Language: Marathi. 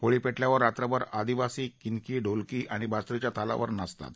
होळी पेटवल्यावर रात्रभर आदिवासी किनकी ढोलकी आणि बासरीच्या तालावर नाचत असतात